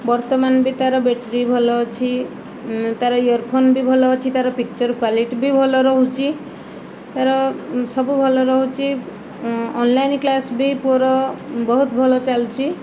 ବର୍ତ୍ତମାନ ବି ତାର ବ୍ୟାଟେରୀ ଭଲ ଅଛି ତାର୍ ଇଅର୍ଫୋନ୍ ବି ଭଲ ଅଛି ତାର ପିକ୍ଚର୍ କ୍ଵାଲିଟି ବି ଭଲ ରହୁଛି ତାର ସବୁ ଭଲ ରହୁଛି ଅନଲାଇନ୍ କ୍ଲାସ୍ ବି ପୁଅର ବହୁତ ଭଲ ଚାଲିଛି